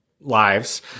Lives